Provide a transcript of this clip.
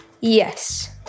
Yes